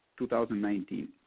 2019